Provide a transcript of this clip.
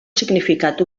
significat